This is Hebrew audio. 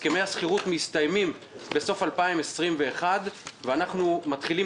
הסכמי השכירות מסתיימים בסוף 2021 ואנחנו מתחילים